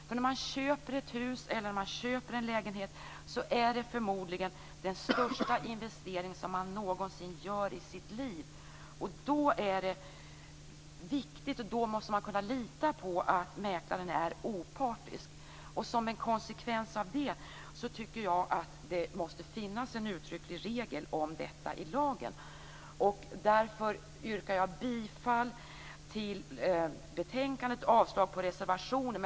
För när man köper ett hus eller en lägenhet är det förmodligen den största investering som man någonsin gör i sitt liv. Då är det viktigt, och då måste man kunna lita på, att mäklaren är opartisk. Som en konsekvens av det tycker jag att det måste finnas en uttrycklig regel om detta i lagen. Därför yrkar jag bifall till hemställan i betänkandet och avslag på reservationen.